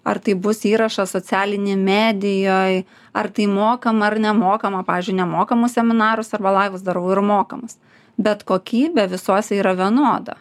ar tai bus įrašas socialinėj medijoj ar tai mokama ar nemokama pavyzdžiui nemokamus seminarus arba laivus darau ir mokamas bet kokybė visose yra vienoda